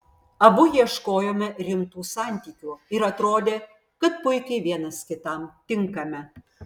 abu ieškojome rimtų santykių ir atrodė kad puikiai vienas kitam tinkame